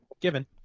Given